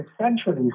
essentially